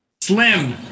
slim